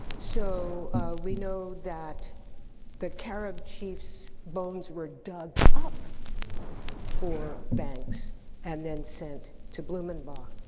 so we know that the carib chief's bones were dug up for banks and then, sent to blumenbach.